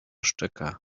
szczeka